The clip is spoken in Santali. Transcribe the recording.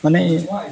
ᱢᱟᱱᱮ